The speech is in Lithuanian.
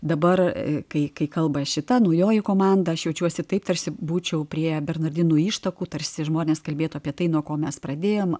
dabar kai kai kalba šita naujoji komanda aš jaučiuosi taip tarsi būčiau prie bernardinų ištakų tarsi žmonės kalbėtų apie tai nuo ko mes pradėjom